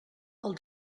els